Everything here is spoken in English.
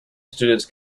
students